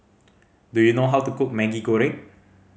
do you know how to cook Maggi Goreng